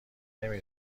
نمی